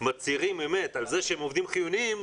מצהירים אמת על כך שהם עובדים חיוניים,